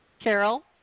Carol